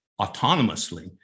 autonomously